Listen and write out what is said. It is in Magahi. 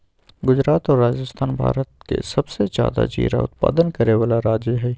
गुजरात और राजस्थान भारत के सबसे ज्यादा जीरा उत्पादन करे वाला राज्य हई